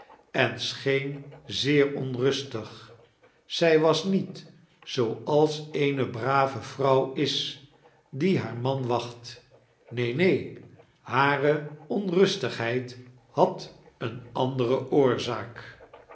en scheen zeer onrustig zij was niet zooals eene brave vrouw is die haar man wacht neen neen hare onrustigheid had eene andere oorzaak